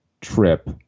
trip